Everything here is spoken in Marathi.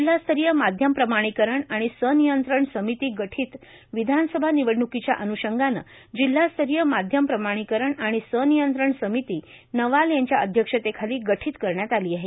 जिल्हास्तरीय माध्यम प्रमाणीकरण आणि सनियंत्रण समिती गठित विधानसभा निवडणकीच्या अनषंगाने जिल्हास्तरीय माध्यम प्रमाणीकरण आणि सनियंत्रण समिती नवाल यांच्या अध्यक्षतेखाली गठित करण्यात आली आहे